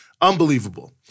Unbelievable